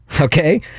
Okay